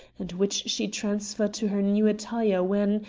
and which she transferred to her new attire when,